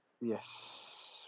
yes